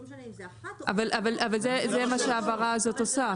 לא משנה אם זה אחת או --- אבל זה מה שההבהרה הזאת עושה.